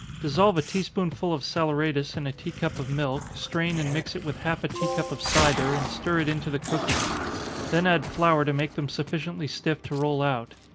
dissolve a tea-spoonful of saleratus in a tea-cup of milk, strain and mix it with half a tea-cup of cider, and stir it into the cookies then add flour to make them sufficiently stiff to roll out.